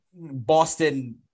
boston